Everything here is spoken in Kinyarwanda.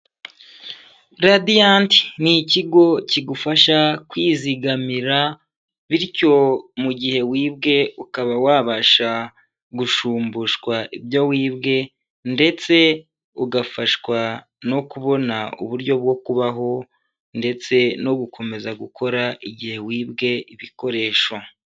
Radiant ni ikigo kigufasha kwizigamira, bityo mu gihe wibwe ukaba wabasha gushumbushwa ibyo wibwe ndetse ugafashwa no kubona uburyo bwo kubaho ndetse no gukomeza gukora igihe wibwe ibikoresho.